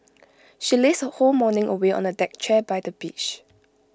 she lazed her whole morning away on A deck chair by the beach